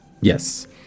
Yes